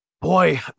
Boy